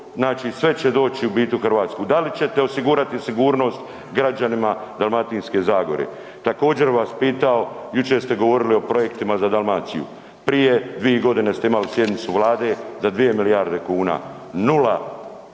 znači sve će doći, u biti u Hrvatsku. Da li ćete osigurati sigurnost građanima Dalmatinske zagore? Također, bih vas pitao, jučer ste govorili o projektima za Dalmaciju. Prije 2 godine ste imali sjednicu Vlade za 2 milijarde kuna. 0,